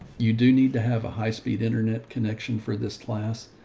you do need to have a high speed internet connection for this class.